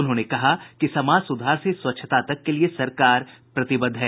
उन्होंने कहा कि समाज सुधार से स्वच्छता तक के लिए सरकार प्रतिबद्ध है